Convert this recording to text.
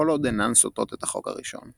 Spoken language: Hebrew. כל עוד אינן סותרות את החוק הראשון.